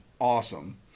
awesome